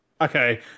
Okay